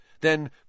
Then